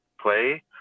play